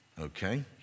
okay